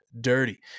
Dirty